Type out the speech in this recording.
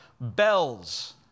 bells